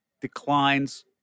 declines